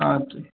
हँ ठीक